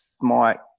smart